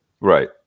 Right